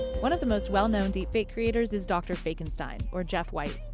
one of the most well known deepfake creators is dr. fakenstein, or jeff white.